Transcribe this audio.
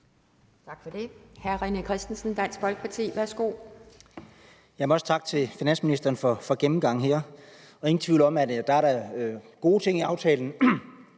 Tak for det. Hr. René Christensen, Dansk Folkeparti, værsgo Kl. 12:57 René Christensen (DF): Også tak til finansministeren for gennemgangen her. Der er ingen tvivl om, at der da er gode ting i aftalen,